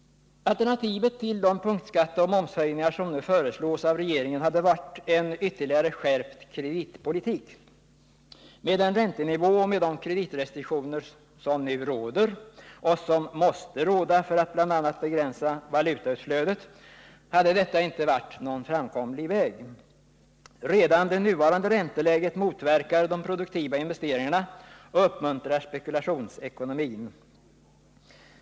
Alternativet till de punktskatteoch momshöjningar som nu föreslås av regeringen hade varit en ytterligare skärpt kreditpolitik. Med den räntenivå och med de kreditrestriktioner som nu råder och som måste råda för att bl.a. begränsa valutautflödet hade detta inte varit någon framkomlig väg. Redan det nuvarande ränteläget motverkar de produktiva investeringarna och uppmuntrar spekulationsekonomin.